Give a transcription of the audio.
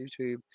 YouTube